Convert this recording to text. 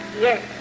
Yes